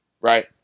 right